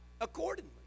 accordingly